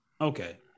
Okay